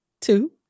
Two